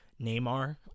Neymar